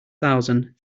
thousand